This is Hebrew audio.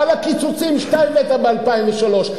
על הקיצוצים שאתה הבאת ב-2003.